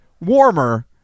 warmer